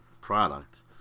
product